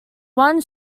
one